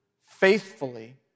faithfully